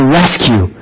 rescue